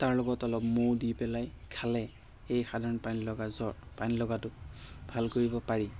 তাৰ লগত অলপ মৌ দি পেলাই খালে এই সাধাৰণ পানীলগা জ্বৰ পানীলগাটো ভাল কৰিব পাৰি